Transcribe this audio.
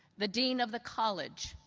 the dean of the college,